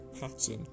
pattern